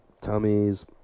tummies